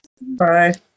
Bye